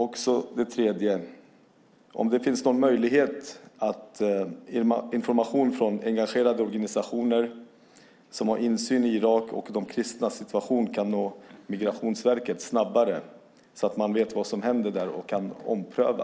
Min tredje fråga är: Finns det någon möjlighet att information från engagerade organisationer som har insyn i Irak och de kristnas situation kan nå Migrationsverket snabbare så att de vet vad som händer och kan ompröva?